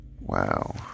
wow